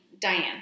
Diane